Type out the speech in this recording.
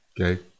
Okay